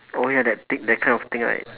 oh ya that thing that kind of thing right